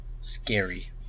scary